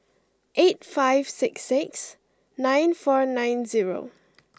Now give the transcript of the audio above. eight five six six nine four nine zero